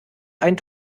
ein